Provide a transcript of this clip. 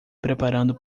preparando